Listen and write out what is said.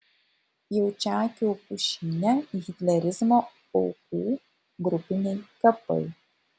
jaučakių pušyne hitlerizmo aukų grupiniai kapai